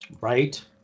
Right